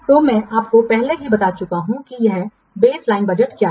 तो मैं आपको पहले ही बता चुका हूं कि यह बेसलाइन बजट क्या है